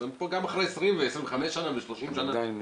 אז גם אחרי 20 ו-25 שנה הם פונים.